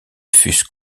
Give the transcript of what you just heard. fussent